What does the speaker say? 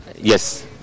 yes